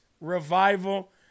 revival